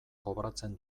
kobratzen